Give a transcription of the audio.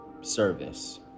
service